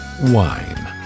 wine